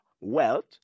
wealth